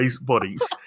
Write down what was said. bodies